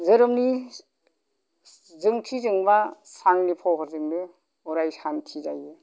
धोरोमनि जोंथि जोंमा साननि फहरजोंनो अराय सान्ति जायो